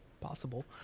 Possible